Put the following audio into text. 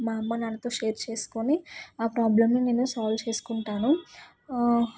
మా అమ్మ నాన్నతో షేర్ చేసుకొని ఆ ప్రాబ్లంని నేను సాల్వ్ చేసుకుంటాను